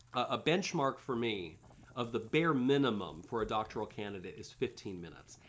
a benchmark for me of the bare minimum for a doctoral candidate is fifteen minutes.